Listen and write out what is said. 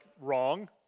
wrong